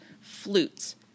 flutes